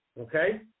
Okay